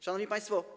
Szanowni Państwo!